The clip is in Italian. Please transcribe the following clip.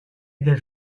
del